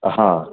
હા